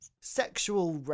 Sexual